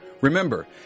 Remember